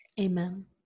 Amen